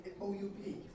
O-U-P